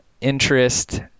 interest